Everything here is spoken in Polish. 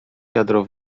wiadro